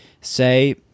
say